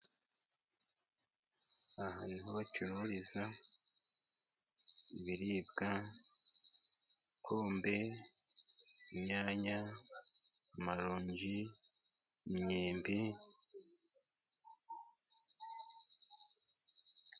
Aha niho bacururiza ibiribwa, pome ,inyanya, amaronji ,imyembe.